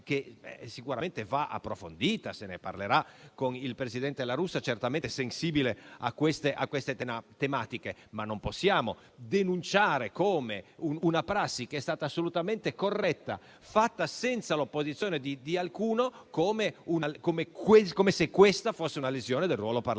che sicuramente va approfondita e se ne parlerà con il presidente La Russa, certamente sensibile a queste tematiche, ma non possiamo denunciare una prassi che è stata assolutamente corretta, seguita senza l'opposizione di alcuno, come se questa fosse una lesione del ruolo parlamentare.